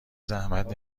زحمت